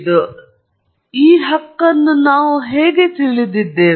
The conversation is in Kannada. ಆದ್ದರಿಂದ ಈ ಹಕ್ಕನ್ನು ನಾವು ಹೇಗೆ ತಿಳಿದಿದ್ದೇವೆ